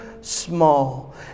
small